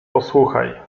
posłuchaj